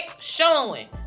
showing